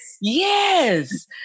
Yes